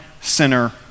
sinner